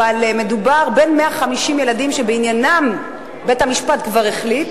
אבל מדובר על כ-150 ילדים שבית-המשפט כבר החליט